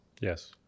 Yes